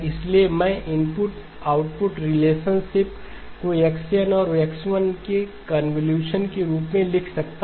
इसलिए मैं input output relationship को Xn और X1n के कन्वॉल्यूशन के रूप में लिख सकता हूं